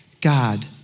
God